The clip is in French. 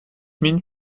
minh